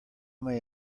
may